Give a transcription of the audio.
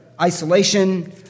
isolation